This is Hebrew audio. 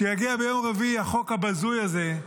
כשיגיע ביום רביעי החוק הבזוי הזה,